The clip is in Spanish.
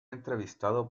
entrevistado